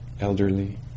elderly